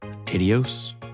Adios